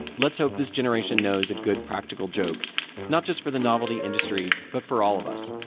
let's hope this generation knows a good practical joke not just for the novelty industry, but for all of us.